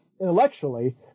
intellectually